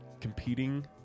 competing